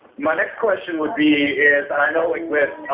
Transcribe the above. my next question would be, is i know it with,